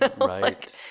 Right